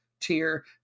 tier